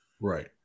Right